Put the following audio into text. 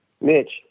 Mitch